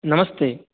नमस्ते